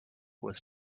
was